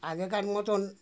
আগেকার মতোন